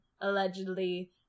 allegedly